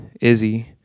izzy